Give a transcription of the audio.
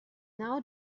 now